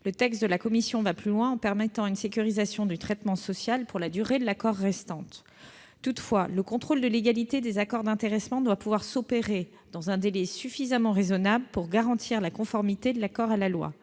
Le texte de la commission va plus loin en permettant une sécurisation du traitement social pour la durée restante de l'accord. Toutefois, le contrôle de légalité des accords d'intéressement doit pouvoir s'opérer dans un délai suffisamment raisonnable pour garantir la conformité de l'accord à la loi.